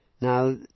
Now